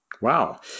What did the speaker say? Wow